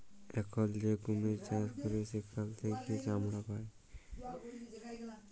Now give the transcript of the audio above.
এখল যে কুমির চাষ ক্যরে সেখাল থেক্যে চামড়া পায়